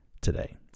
today